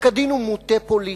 פסק-הדין מוטה פוליטית,